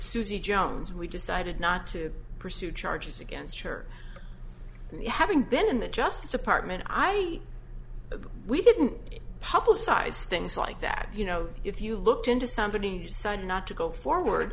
suzy jones and we decided not to pursue charges against her having been in the justice department i e we didn't publicize things like that you know if you looked into somebody decided not to go forward